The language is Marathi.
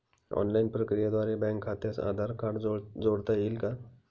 ऑनलाईन प्रक्रियेद्वारे बँक खात्यास आधार कार्ड जोडता येईल का?